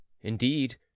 indeed